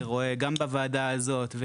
אני רואה גם בוועדה הזאת,